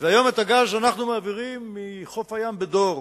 היום את הגז אנחנו מעבירים מחוף הים בדור